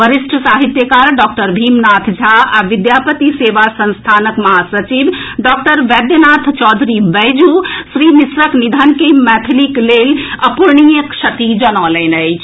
वरिष्ठ साहित्यकार डॉक्टर भीमनाथ झा आ विद्यापति सेवा संस्थानक महासचिव डॉक्टर वैधनाथ चौधरी बैजू श्री मिश्रक निधन के मैथिलीक लेल अपूरणीय क्षति जनौलनि अछि